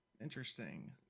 interesting